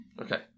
Okay